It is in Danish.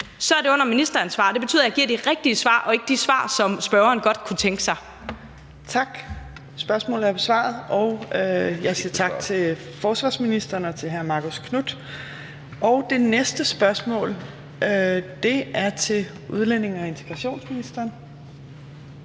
er det jo under ministeransvar. Det betyder, at jeg giver de rigtige svar, og ikke de svar, som spørgeren godt kunne tænke sig. Kl. 14:29 Fjerde næstformand (Trine Torp): Tak. Spørgsmålet er besvaret. Jeg siger tak til forsvarsministeren og til hr. Marcus Knuth. Det næste spørgsmål er til udlændinge- og integrationsministeren,